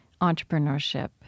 entrepreneurship